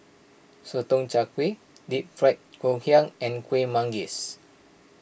Sotong Char Kway Deep Fried Ngoh Hiang and Kueh Manggis